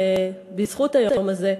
בזכות היום הזה,